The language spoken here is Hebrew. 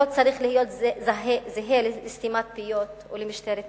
לא צריך להיות זהה לסתימת פיות או למשטרת מחשבה.